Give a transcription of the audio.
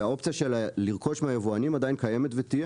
האופציה של לרכוש מהיבואנים עדיין קיימת ותהיה